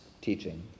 teaching